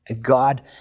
God